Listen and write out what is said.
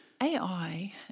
AI